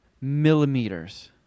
millimeters